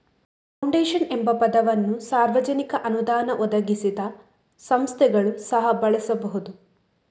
foundation ಎಂಬ ಪದವನ್ನು ಸಾರ್ವಜನಿಕ ಅನುದಾನ ಒದಗಿಸದ ಸಂಸ್ಥೆಗಳು ಸಹ ಬಳಸಬಹುದು